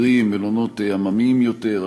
קרי גם מלונות עממיים יותר,